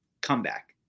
comeback